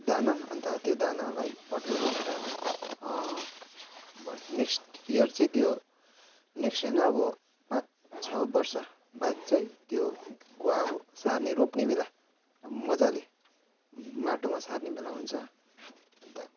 दाना अन्त त्यो दानालाई पटमा रोपेर अब नेक्स्ट इयर चाहिँ त्यो नेक्स्ट होइन अब पाँच छ वर्ष बाद चाहिँ त्यो गुवा अब सार्ने रोप्ने बेला मजाले माटोमा सार्ने बेला हुन्छ अन्त